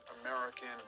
American